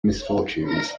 misfortunes